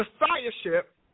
Messiahship